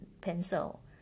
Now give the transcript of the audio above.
pencil